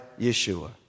Yeshua